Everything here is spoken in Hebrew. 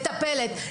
מטפלת,